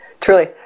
Truly